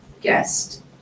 guest